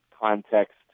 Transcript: context